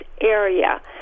area